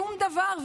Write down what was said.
שום דבר.